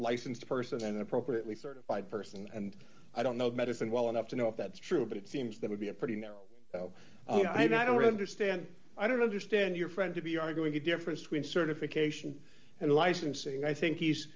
licensed person appropriately certified person and i don't know the medicine well enough to know if that's true but it seems that would be a pretty narrow i don't understand i don't understand your friend to be arguing the difference between certification and licensing i think he's